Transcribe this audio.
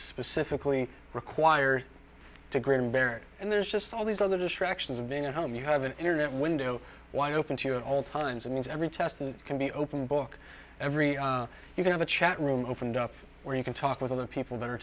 specifically required to grin and bear and there's just all these other distractions of being at home you have an internet window wide open to you at all times and every test that can be open book every you can have a chat room opened up where you can talk with other people that are